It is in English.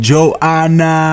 Joanna